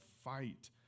fight